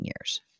years